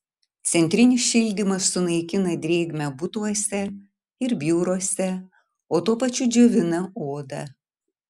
centrinis šildymas sunaikina drėgmę butuose ir biuruose o tuo pačiu džiovina odą